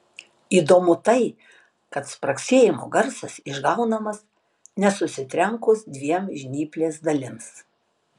įdomu tai kad spragsėjimo garsas išgaunamas ne susitrenkus dviem žnyplės dalims